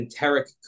enteric